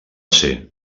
ser